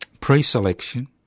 Pre-selection